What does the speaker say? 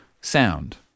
sound